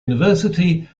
university